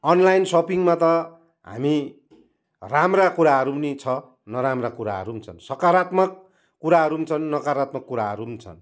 online सपिङमा त हामी राम्रा कुराहरू पनि छ नराम्रा कुराहरू पनि छ सकारात्मक कुराहरू पनि छन् नकारात्मक कुराहरू पनि छन्